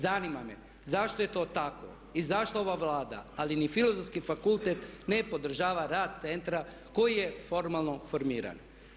Zanima me zašto je to tako i zašto ova Vlada ali ni Filozofski fakultet ne podržava rad centra koji je formalno formiran?